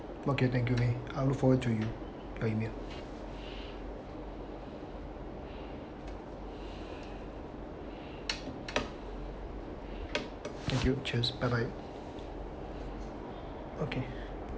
okay thank you may I look forward to you your email thank you cheers bye bye okay